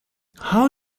how